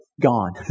gone